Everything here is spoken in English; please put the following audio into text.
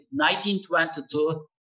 1922